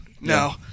No